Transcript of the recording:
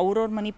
ಅವ್ರ ಅವ್ರ ಮನೆ